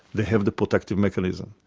they have the protective mechanism.